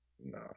No